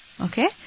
Okay